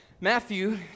Matthew